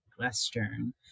Western